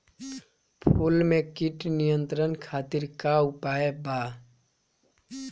फूल में कीट नियंत्रण खातिर का उपाय बा?